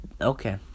Okay